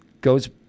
goes